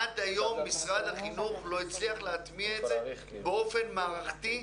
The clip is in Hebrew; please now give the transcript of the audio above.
עד היום משרד החינוך לא הצליח להטמיע את זה באופן מערכתי.